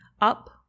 up